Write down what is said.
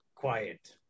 quiet